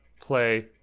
play